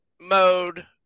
mode